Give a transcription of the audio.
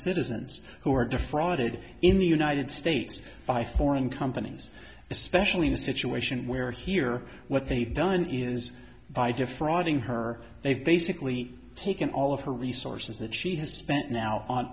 citizens who are defrauded in the united states by foreign companies especially in a situation where here what they've done is by defrauding her they've basically taken all of her resources that she has spent now on